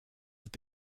have